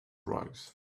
drugs